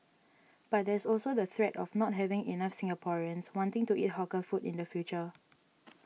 but there's also the threat of not having enough Singaporeans wanting to eat hawker food in the future